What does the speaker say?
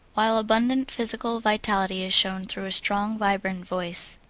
while abundant physical vitality is shown through a strong, vibrant voice.